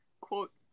quote